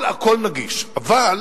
כל אחד נגיש, הכול, הכול נגיש.